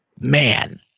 man